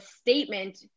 statement